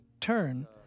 turn